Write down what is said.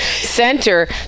center